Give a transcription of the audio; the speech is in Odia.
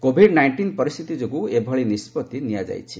କୋଭିଡ୍ ନାଇଷ୍ଟିନ୍ ପରିସ୍ଥିତି ଯୋଗୁଁ ଏଭଳି ନିଷ୍ପଭି ନିଆଯାଇଛି